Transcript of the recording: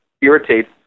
irritates